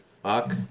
Fuck